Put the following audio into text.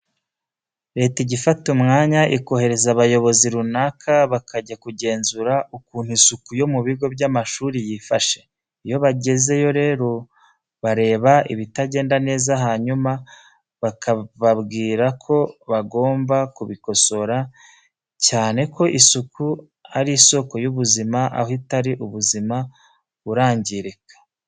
Leta ijya ifata umwanya ikohereza abayobozi runaka bakajya kugenzura ukuntu isuku yo mu bigo by'amashuri yifashe. Iyo bagezeyo rero bareba ibitagenda neza hanyuma bakababwira ko bagomba kubikosora, cyane ko isuku ari isoko y'ubuzima, aho itari ubuzima burangirika.